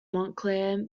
montclair